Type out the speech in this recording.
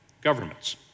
governments